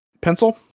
Pencil